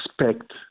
expect